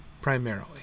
primarily